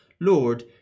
Lord